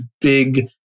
big